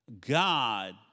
God